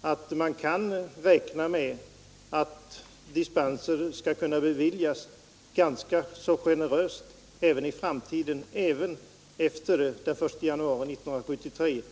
att man kan räkna med att dispens kommer att beviljas ganska generöst i framtiden, även efter den 1 januari 1973.